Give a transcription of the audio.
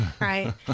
Right